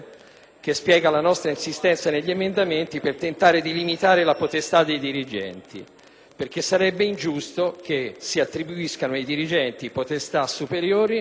che spiega la nostra insistenza rispetto agli emendamenti per tentare di limitare la potestà dei dirigenti. Sarebbe ingiusto che si attribuissero ai dirigenti potestà superiori